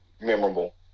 memorable